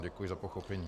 Děkuji za pochopení.